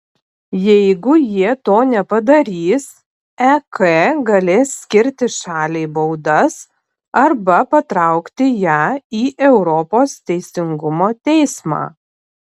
jeigu jie to nepadarys ek galės skirti šaliai baudas arba patraukti ją į europos teisingumo teismą